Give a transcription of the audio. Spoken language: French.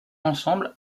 ensemble